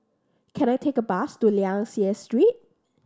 can I take a bus to Liang Seah Street